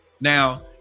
Now